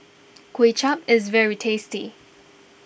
Kway Chap is very tasty